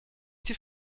идти